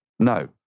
No